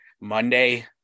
Monday